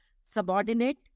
subordinate